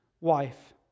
wife